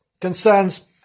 concerns